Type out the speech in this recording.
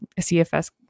CFS